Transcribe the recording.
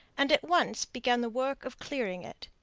and at once began the work of clearing it.